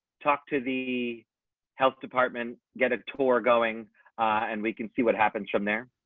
talk to the health department, get a tour going and we can see what happens from there.